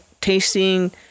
tasting